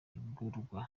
igurwa